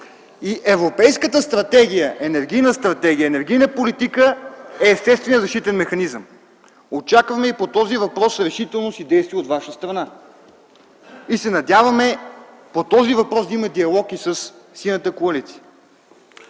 И Европейската енергийна стратегия и енергийна политика е естественият защитен механизъм. Очакваме и по този въпрос решителност и действие от Ваша страна и се надяваме по този въпрос да има диалог и със Синята коалиция.